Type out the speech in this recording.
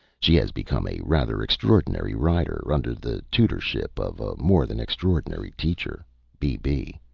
she has become a rather extraordinary rider, under the tutorship of a more than extraordinary teacher bb,